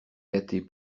gâté